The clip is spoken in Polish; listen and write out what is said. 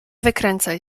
wykręcaj